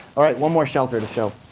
all right, one more shelter to show.